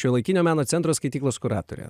šiuolaikinio meno centro skaityklos kuratorė